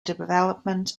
development